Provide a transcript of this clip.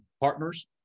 partners